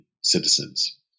citizens